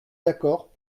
d’accord